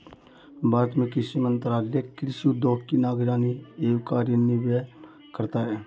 भारत में कृषि मंत्रालय कृषि उद्योगों की निगरानी एवं कार्यान्वयन करता है